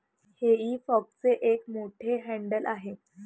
हेई फॉकचे एक मोठे हँडल आहे